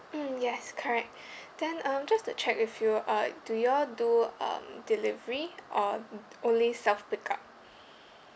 mm yes correct then um just to check with you uh do you all do um delivery or only self pick up